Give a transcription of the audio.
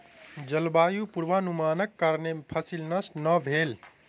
जलवायु पूर्वानुमानक कारणेँ फसिल नष्ट नै भेल